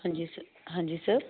ਹਾਂਜੀ ਸਰ ਹਾਂਜੀ ਸਰ